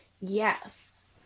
Yes